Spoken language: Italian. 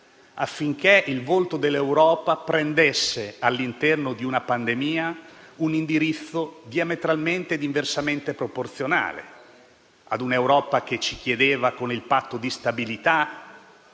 affinché il volto dell'Europa prendesse, all'interno di una pandemia, un indirizzo diametralmente e inversamente proporzionale a un'Europa che ci chiedeva, con il Patto di stabilità,